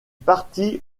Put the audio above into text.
partit